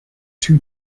too